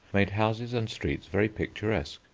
made houses and streets very picturesque.